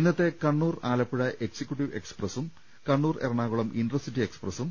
ഇന്നത്തെ കണ്ണൂർ ആലപ്പുഴ എക്സിക്യുട്ടീവ് എക്സ്പ്രസും കണ്ണൂർ എറണാകുളം ഇന്റർസിറ്റി എക്സ്പ്ര സും